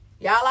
Y'all